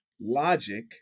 logic